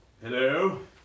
Hello